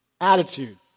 Attitude